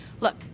Look